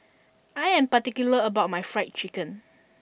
I am particular about my Fried Chicken